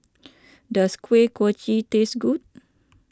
does Kuih Kochi taste good